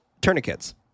Tourniquets